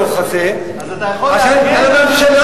בסופו של דבר החוק הזה חייב לתת תשובה לאנשים אמיתיים,